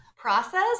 Process